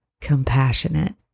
compassionate